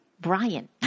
Brian